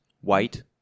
white